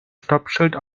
stoppschild